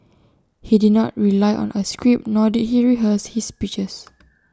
he did not rely on A script nor did he rehearse his speeches